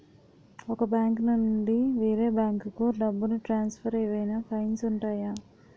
ఒక బ్యాంకు నుండి వేరే బ్యాంకుకు డబ్బును ట్రాన్సఫర్ ఏవైనా ఫైన్స్ ఉంటాయా?